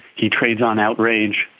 he trades on outrage,